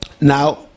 Now